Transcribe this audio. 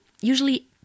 usually